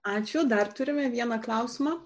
ačiū dar turime vieną klausimą